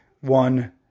one